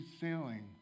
sailing